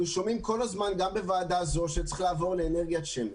אנחנו שומעים כל הזמן גם בוועדה הזו שצריך לעבור לאנרגיית שמש,